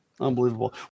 unbelievable